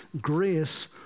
grace